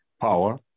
power